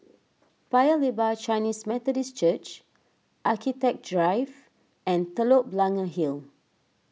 Paya Lebar Chinese Methodist Church Architect Drive and Telok Blangah Hill